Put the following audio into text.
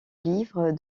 livre